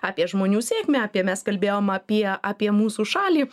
apie žmonių sėkmę apie mes kalbėjom apie apie mūsų šalį